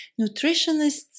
nutritionists